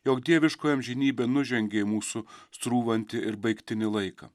jog dieviškoji amžinybė nužengė į mūsų srūvantį ir baigtinį laiką